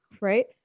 Right